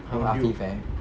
afif eh